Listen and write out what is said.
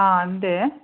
ആ എന്തേ